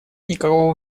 никакого